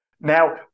Now